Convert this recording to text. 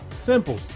Simple